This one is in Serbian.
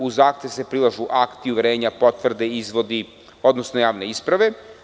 Uz zahtev se prilažu akti, uverenja, potvrde, izvodi, odnosno javne isprave.